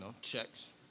checks